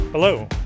Hello